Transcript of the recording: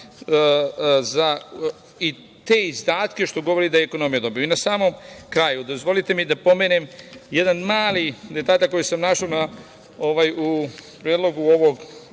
za te izdatke što govori da je ekonomija dobra. Na samom kraju dozvolite mi da pomenem jedan mali podatak koji sam našao u predlogu ovog